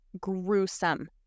gruesome